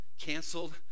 canceled